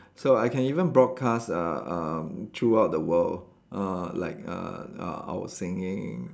so I can even broadcast uh uh throughout the world uh like uh uh our singing